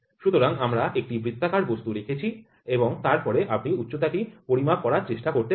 সুতরাং আমরা একটি বৃত্তাকার বস্তু রেখেছি এবং তারপরে আপনি উচ্চতাটি পরিমাপ করার চেষ্টা করতে পারেন